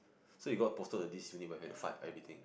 so you got posted to this unit but you have to fight everything